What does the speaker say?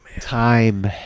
Time